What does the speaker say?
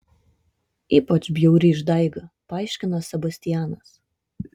ypač bjauri išdaiga paaiškino sebastianas